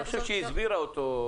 אני חושב שהיא הסבירה אותו.